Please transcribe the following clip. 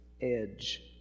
edge